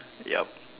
yup